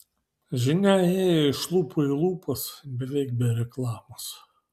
žinia ėjo iš lūpų į lūpas beveik be reklamos